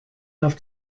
auf